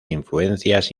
influencias